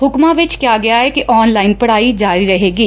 ਹੁਕਮਾਂ ਵਿਚ ਕਿਹਾ ਗਿਆ ਏ ਕਿ ਆਨ ਲਾਈਨ ਪੜਾਈ ਜਾਰੀ ਰਹੇਗੀ